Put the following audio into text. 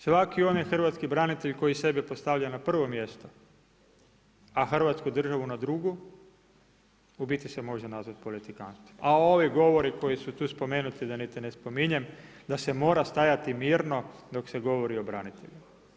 Svaki onaj hrvatski branitelj koji sebe postavlja na prvo mjesto a hrvatsku državu na drugo, u bit se može nazvati politikanstvom, a ovi govori koji su tu spomenuti da niti ne spominjem, da se mora stajati mirno dok se govori o braniteljima.